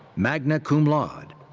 magna cum laude.